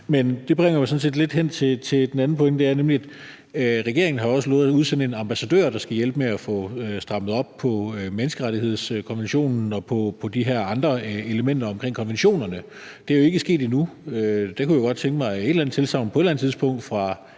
Men det bringer mig jo sådan set lidt hen til den anden pointe, nemlig at regeringen også har lovet at udsende en ambassadør, der skal hjælpe med at få strammet op på menneskerettighedskonventionen og på de her andre elementer omkring konventionerne. Det er jo ikke sket endnu, og der kunne jeg godt tænke mig på et eller andet tidspunkt at få et eller andet tilsagn fra